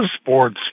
sports